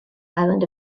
island